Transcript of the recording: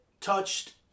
touched